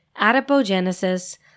adipogenesis